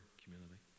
community